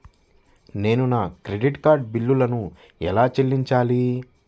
నేను నా credit card బిల్లును ఎలా చెల్లించాలీ?